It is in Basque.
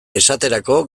esaterako